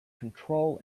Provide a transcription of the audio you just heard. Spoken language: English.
control